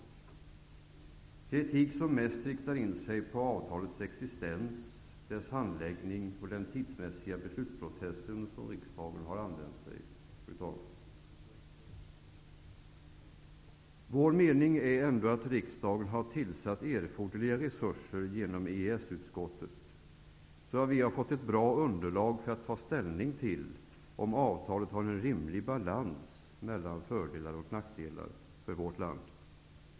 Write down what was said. Det är kritik som främst riktar in sig på avtalets existens, dess handläggning och den tidsmässiga beslutsprocess som riksdagen har använt. Vår mening är ändå att riksdagen har tillsatt erforderliga resurser genom EES-utskottet, så att vi har fått ett bra underlag för att ta ställning till om avtalet har en rimlig balans mellan fördelar och nackdelar för vårt land.